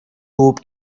туып